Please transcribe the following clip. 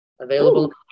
available